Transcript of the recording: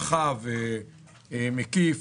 רחב ומקיף,